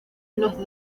unos